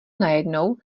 najednou